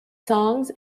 songs